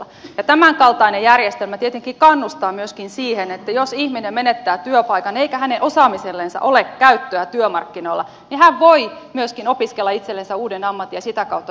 ja tämän kaltainen järjestelmä tietenkin kannustaa myöskin siihen että jos ihminen menettää työpaikan eikä hänen osaamisellensa ole käyttöä työmarkkinoilla niin hän voi myöskin opiskella itsellensä uuden ammatin ja sitä kautta työllistyä